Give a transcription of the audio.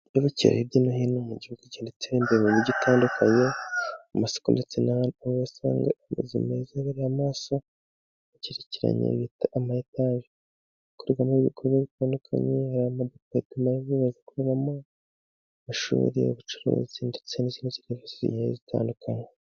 Bimwe mu byaro hirya no hino mu gihugu bigenda itera imbere mu mijyi itandukanye, amasoko ndetse n'ahandi , aho basanga amazu meza abereye amaso agerekeranye ayo bita ama etaji, akorerwamo ibikorwa bitandukanye harimo patuma bakoramo amashuri, ubucuruzi ndetse n'izindi zigiye zitandukanye.